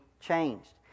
changed